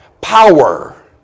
Power